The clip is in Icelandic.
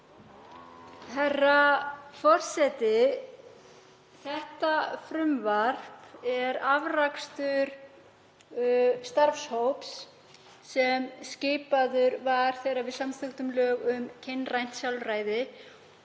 Herra forseti. Þetta frumvarp er afrakstur starfshóps sem skipaður var þegar við samþykktum lög um kynrænt sjálfræði.